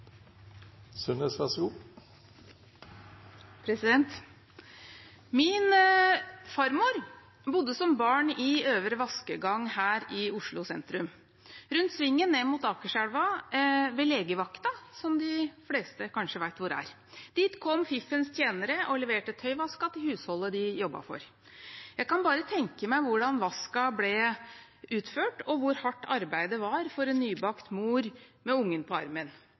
Min farmor bodde som barn i Øvre Vaskegang her i Oslo sentrum, rundt svingen ned mot Akerselva ved legevakten, som de fleste kanskje vet hvor er. Dit kom fiffens tjenere og leverte tøyvasken til husholdet de jobbet for. Jeg kan bare tenke meg hvordan vasken ble utført, og hvor hardt arbeidet var for en nybakt mor med ungen på armen.